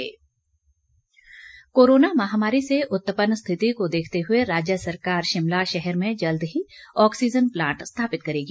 oxygen plant corona महामारी से उत्पन्न स्थिति को देखते हुए राज्य सरकार शिमला शहर में जल्द ही ऑक्सीजन प्लांट स्थापित करेगी